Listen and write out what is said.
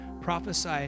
Prophesy